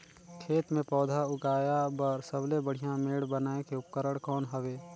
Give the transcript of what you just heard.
खेत मे पौधा उगाया बर सबले बढ़िया मेड़ बनाय के उपकरण कौन हवे?